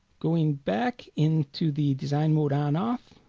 going back in to the design mode on off